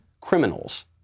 criminals